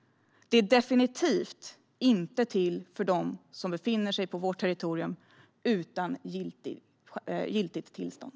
Det är definitivt inte till för dem som befinner sig på vårt territorium utan giltigt tillstånd.